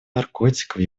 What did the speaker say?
наркотиков